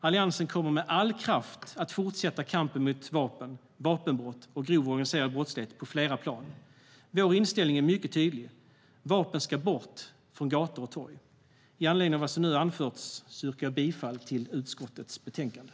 Alliansen kommer med all kraft att fortsätta kampen mot vapen, vapenbrott och grov organiserad brottslighet på flera plan. Vår inställning är mycket tydlig. Vapen ska bort från gator och torg. Med anledning av vad som nu anförts yrkar jag bifall till förslaget i utskottets betänkande.